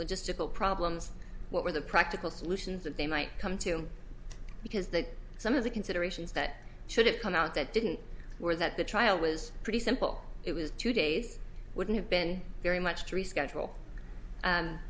logistical problems what were the practical solutions that they might come to because that some of the considerations that should have come out that didn't were that the trial was pretty simple it was two days wouldn't have been very much to reschedule